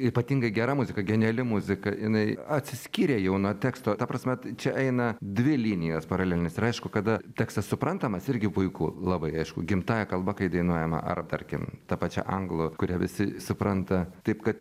ypatingai gera muzika geniali muzika jinai atsiskyrė jau nuo teksto ta prasme čia eina dvi linijos paralelinės ir aišku kada tekstas suprantamas irgi puiku labai aišku gimtąja kalba kai dainuojama ar tarkim ta pačia anglų kurią visi supranta taip kad